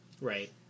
Right